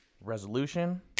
resolution